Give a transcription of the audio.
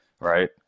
Right